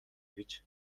гэж